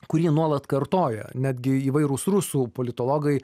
kurį nuolat kartoja netgi įvairūs rusų politologai